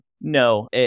No